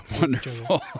wonderful